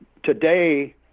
Today